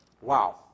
Wow